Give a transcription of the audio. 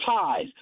ties